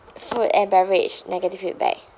food and beverage negative feedback ya